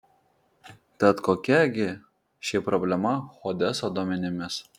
tad kokia gi ši problema hodeso duomenimis